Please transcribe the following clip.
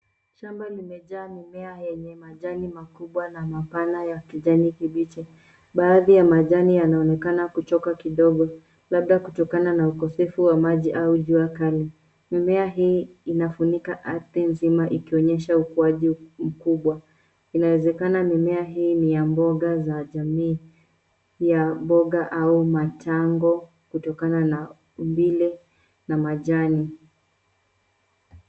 Shamba limejaa mimea yenye majani makubwa na mapana ya kijani kibichi. Baadhi ya majani yanaonekana kuchoka kidogo, labda kutokana na ukosefu wa maji au jua kali. Mimea hii inafunika ardhi nzima ikionyesha ukuwaji mkubwa. Inawezekana mimea hii ni ya mboga za jamii ya mboga au matango kutokana na umbile na majani.